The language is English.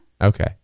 Okay